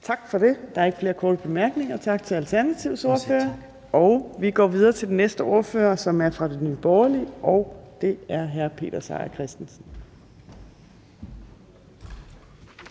Torp): Der er ikke flere korte bemærkninger. Tak til Alternativets ordfører. Og vi går videre til den næste ordfører, som er fra Nye Borgerlige, og det er hr. Peter Seier Christensen.